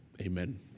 Amen